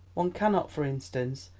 one cannot, for instance,